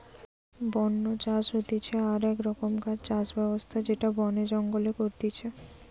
বন্য চাষ হতিছে আক রকমকার চাষ ব্যবস্থা যেটা বনে জঙ্গলে করতিছে